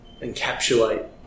encapsulate